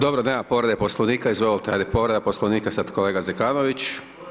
Dobro, nema povrede Poslovnika, izvolite… [[Govornik se ne razumije]] povreda Poslovnika, sad kolega Zekanović.